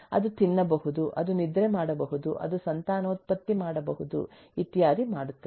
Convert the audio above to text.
ಅದು ತಿನ್ನಬಹುದು ಅದು ನಿದ್ರೆ ಮಾಡಬಹುದು ಅದು ಸಂತಾನೋತ್ಪತ್ತಿ ಮಾಡಬಹುದು ಇತ್ಯಾದಿ ಮಾಡುತ್ತದೆ